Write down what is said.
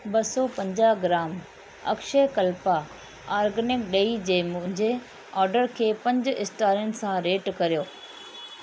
ॿ सौ पंजाह ग्राम अक्षयकल्पा ऑर्गेनिक ड॒ही जे मुंहिंजे ऑडर खे पंज स्टारनि सां रेट करियो